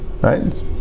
right